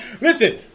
Listen